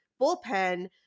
bullpen